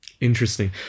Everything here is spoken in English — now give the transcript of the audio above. Interesting